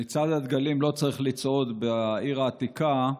מצעד הדגלים לא צריך לצעוד בעיר העתיקה,